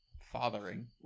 fathering